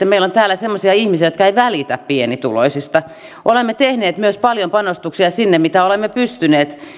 meillä on täällä semmoisia ihmisiä jotka eivät välitä pienituloisista olemme tehneet myös sinne paljon panostuksia sen mitä olemme pystyneet